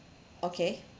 okay